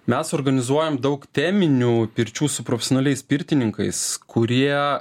mes organizuojam daug teminių pirčių su proksimaliais pirtininkais kurie